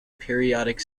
periodic